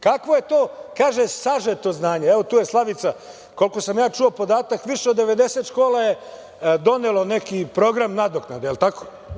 Kakvo je to, kaže sažeto znanje? Evo tu je Slavica, koliko sam ja čuo podatak više od 90 škola je donelo neki program nadoknade. Jel tako?